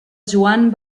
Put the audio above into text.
joan